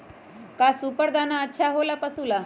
का सुपर दाना अच्छा हो ला पशु ला?